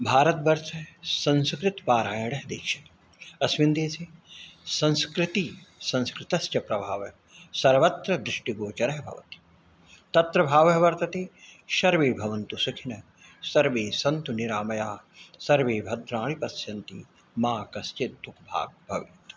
भारतवर्षः संस्कृतपारायणदेशः अस्मिन् देशे संस्कृति संस्कृतश्च प्रभावः सर्वत्र दृष्टिगोचरः भवति तत्र भावः वर्तते सर्वे भवन्तु सुखिनः सर्वे सन्तु निरामयाः सर्वे भद्राणि पश्यन्तु मा कश्चित् दुःख भाग्भवेत्